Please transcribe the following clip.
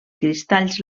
cristalls